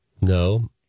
No